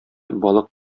балык